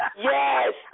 Yes